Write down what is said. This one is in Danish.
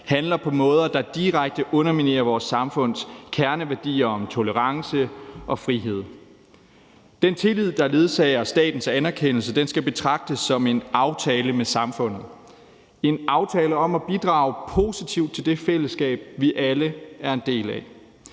handler på måder, der direkte underminerer vores samfunds kerneværdier om tolerance og frihed. Den tillid, der ledsager statens anerkendelse, skal betragtes som en aftale med samfundet – en aftale om at bidrage positivt til det fællesskab, vi alle er en del af.